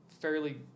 fairly